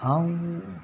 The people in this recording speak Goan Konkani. हांव